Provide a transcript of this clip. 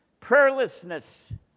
Prayerlessness